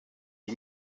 lui